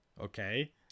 Okay